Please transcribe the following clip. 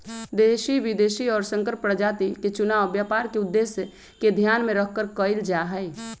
देशी, विदेशी और संकर प्रजाति के चुनाव व्यापार के उद्देश्य के ध्यान में रखकर कइल जाहई